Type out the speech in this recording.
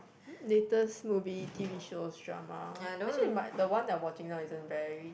latest movie t_v shows drama actually m~ the one I'm watching now isn't very